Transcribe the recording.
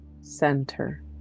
center